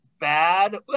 bad